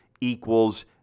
equals